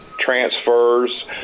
transfers